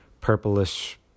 purplish